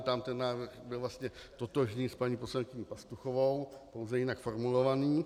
Tam ten návrh byl vlastně totožný s paní poslankyní Pastuchovou, pouze jinak formulovaný.